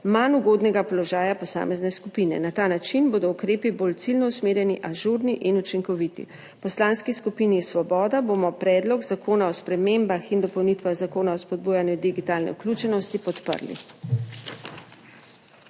manj ugodnega položaja posamezne skupine. Na ta način bodo ukrepi bolj ciljno usmerjeni, ažurni in učinkoviti. V Poslanski skupini Svoboda bomo Predlog zakona o spremembah in dopolnitvah Zakona o spodbujanju digitalne vključenosti podprli.